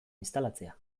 instalatzea